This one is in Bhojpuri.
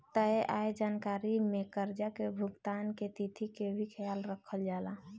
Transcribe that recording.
तय आय जानकारी में कर्जा के भुगतान के तिथि के भी ख्याल रखल जाला